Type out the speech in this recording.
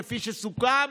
כפי שסוכם,